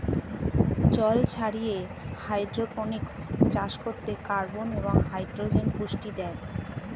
জল ছাড়িয়ে হাইড্রোপনিক্স চাষ করতে কার্বন এবং হাইড্রোজেন পুষ্টি দেয়